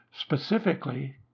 specifically